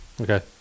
Okay